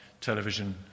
television